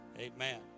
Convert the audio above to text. Amen